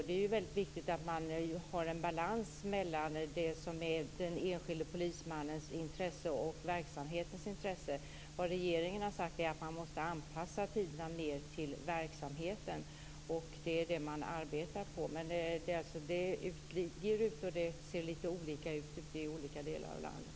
Det är väldigt viktigt att det är en balans mellan det som är den enskilde polismannens intresse och verksamhetens intresse. Vad regeringen har sagt är att tiderna måste anpassas mer till verksamheten, och det är det man arbetar på. Frågan ligger ute hos polismyndigheterna, och det ser lite olika ut i olika delar av landet.